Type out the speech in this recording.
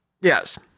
Yes